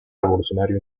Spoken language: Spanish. revolucionario